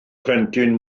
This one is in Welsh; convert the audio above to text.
plentyn